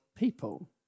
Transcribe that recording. People